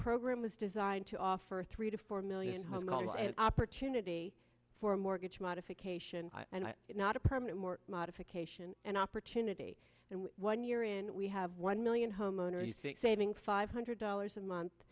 program was designed to offer three to four million homes call an opportunity for a mortgage modification and not a permanent more modification and opportunity and one year in we have one million homeowners saving five hundred dollars a month